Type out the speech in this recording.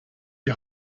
die